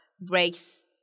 breaks